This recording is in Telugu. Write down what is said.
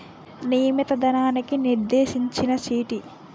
నియమిత ధనానికి నిర్దేశించిన చీటీ